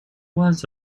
was